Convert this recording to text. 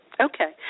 Okay